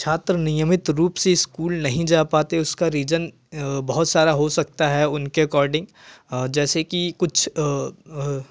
छात्र नियमित रूप से इस्कूल नहीं जा पाते उसका रीजन बहुत सारा हो सकता है उनके अकोर्डिंग जैसे की कुछ